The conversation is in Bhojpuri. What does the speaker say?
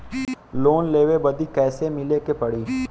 लोन लेवे बदी कैसे मिले के पड़ी?